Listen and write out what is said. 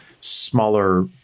smaller